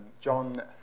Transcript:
John